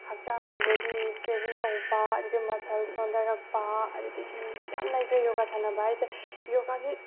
ꯍꯛꯆꯥꯡ ꯕꯣꯗꯤ ꯏꯁꯇ꯭ꯔꯦꯠꯆꯤꯡ ꯇꯧꯕ ꯑꯗꯨꯗꯒꯤ ꯃꯁꯜ ꯁꯣꯟꯊꯔꯛꯄ ꯑꯗꯨꯗꯒꯤ ꯌꯥꯝ ꯂꯩꯈ꯭ꯔꯦ ꯌꯣꯒꯥ ꯁꯥꯟꯅꯕ ꯍꯥꯏꯁꯦ ꯌꯣꯒꯥꯁꯤ